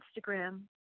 Instagram